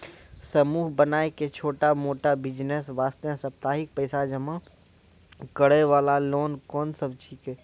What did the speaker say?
समूह बनाय के छोटा मोटा बिज़नेस वास्ते साप्ताहिक पैसा जमा करे वाला लोन कोंन सब छीके?